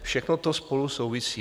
Všechno to spolu souvisí.